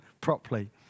properly